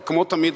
אבל כמו תמיד,